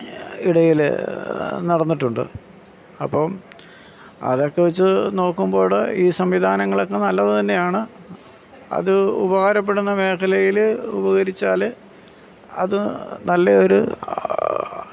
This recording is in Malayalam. ഇടയിൽ നടന്നിട്ടുണ്ട് അപ്പം അതൊക്കെ വെച്ച് നോക്കുമ്പോൾ ഈ സംവിധാനങ്ങളൊക്കെ നല്ലതുതന്നെയാണ് അത് ഉപകാരപ്പെടുന്ന മേഖലയിൽ ഉപകരിച്ചാൽ അത് നല്ല ഒരു